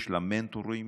יש למנטורים